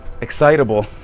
excitable